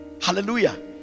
hallelujah